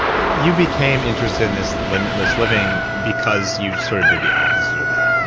you became interested in this limitless living because you sort of did the opposite of that?